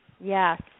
Yes